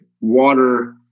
water